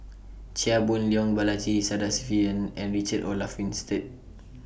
Chia Boon Leong Balaji Sadasivan and Richard Olaf Winstedt